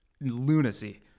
lunacy